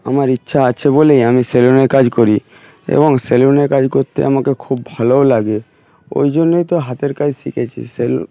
আমার ইচ্ছা আছে বলেই আমি সেলুনে কাজ করি এবং সেলুনে কাজ করতে আমাকে খুব ভালোও লাগে ওই জন্যই তো হাতের কাজ শিখেছি